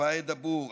פאאיד דבור,